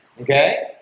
okay